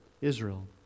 Israel